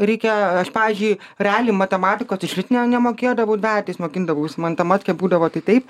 reikia aš pavyzdžiui realiai matematikos išvis ne nemokėdavau dvejetais mokindavaus man ta matkė būdavo tai taip